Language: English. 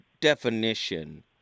definition